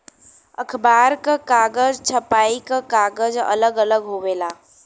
अखबार क कागज, छपाई क कागज अलग अलग होवेला